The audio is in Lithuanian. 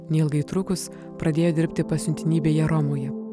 neilgai trukus pradėjo dirbti pasiuntinybėje romoje